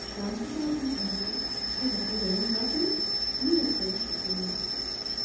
श्रान्तता अपि भवति चेदपि वयं गातुं सम्यक्तया शक्नुमः